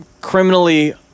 criminally